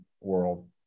world